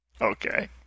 Okay